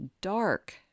dark